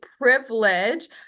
privilege